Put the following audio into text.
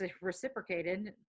reciprocated